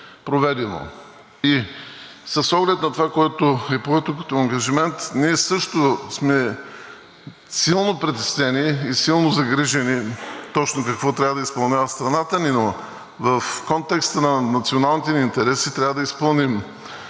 С оглед на това, което е поето като ангажимент, ние също сме силно притеснени и силно загрижени точно какво трябва да изпълнява страната ни, но в контекста на националните ни интереси трябва да изпълним